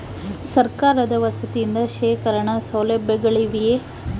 ಸರಕಾರದ ವತಿಯಿಂದ ಶೇಖರಣ ಸೌಲಭ್ಯಗಳಿವೆಯೇ?